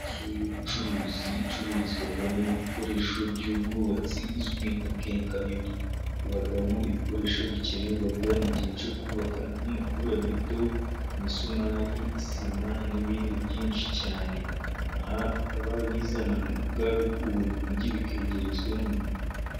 Inzu y'ubucuruzi icururizwamo ibikoresho by'ubwubatsi izwi nka kenkayori, ibamo ibikoresho bikenerwa mu gihe cyo kubaka nk'amaferabeto, imisumari, sima, n'ibindi byinshi cyane. Aha bakaba babizana babikuye mu mujyi bikegerezwa mu